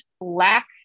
lack